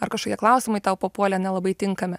ar kažkokie klausimai tau papuolė nelabai tinkami